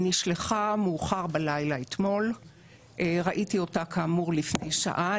היא נשלחה אתמול מאוחר בלילה וכאמור ראיתי אותה לפני שעה.